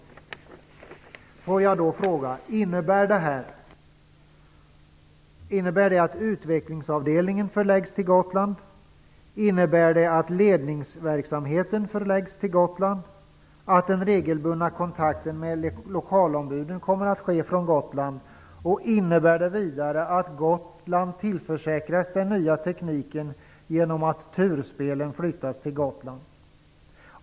Innebär det här att utvecklingsavdelningen förläggs till Gotland? Innebär det att ledningsverksamheten förläggs till Gotland? Innebär det att den regelbundna kontakten med lokalombuden kommer att ske från Gotland? Innebär det vidare att Gotland tillförsäkras den nya tekniken genom att turspelen flyttas till Gotland?